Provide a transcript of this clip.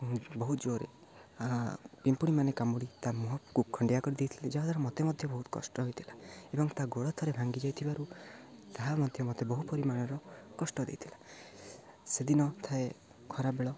ବହୁତ ଜୋରେ ପିମ୍ପୁଡ଼ି ମାନେ କାମୁଡ଼ି ତା' ମୁହଁକୁ ଖଣ୍ଡିଆ କରିଦେଇଥିଲେ ଯାହାଦ୍ୱାରା ମୋତେ ମଧ୍ୟ ବହୁତ କଷ୍ଟ ହୋଇଥିଲା ଏବଂ ତା' ଗୋଡ଼ ଥରେ ଭାଙ୍ଗି ଯାଇଥିବାରୁ ତାହା ମଧ୍ୟ ମୋତେ ବହୁ ପରିମାଣର କଷ୍ଟ ଦେଇଥିଲା ସେଦିନ ଥାଏ ଖରାବେଳ